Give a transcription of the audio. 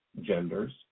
genders